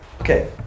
Okay